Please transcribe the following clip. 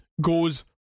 goes